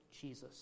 Jesus